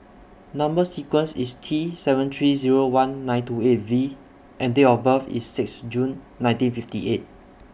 Number sequence IS T seven three Zero one nine two eight V and Date of birth IS six June nineteen fifty eight